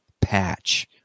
patch